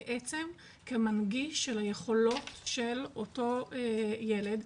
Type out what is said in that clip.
בעצם כמנגיש של היכולות של אותו ילד,